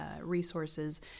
resources